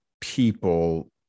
people